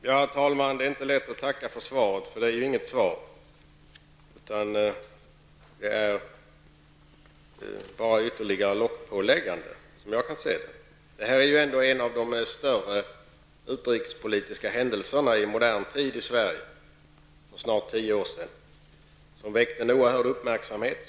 Herr talman! Det är inte lätt att tacka för svaret, för det är ju inget svar. Det är, såvitt jag kan se, bara ytterligare ett lockpåläggande. Det är ju ändå fråga om en av de större utrikespolitiska händelserna i modern tid i Sverige. Den inträffade för snart tio år sedan och väckte oerhörd uppmärksamhet.